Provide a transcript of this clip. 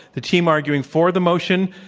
the team arguing for the motion,